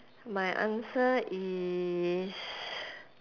my answer is